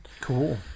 Cool